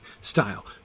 style